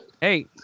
Hey